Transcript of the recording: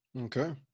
Okay